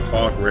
Talk